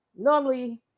Normally